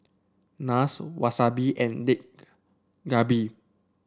Naan Wasabi and Dak Galbi